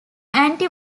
anti